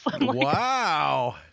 Wow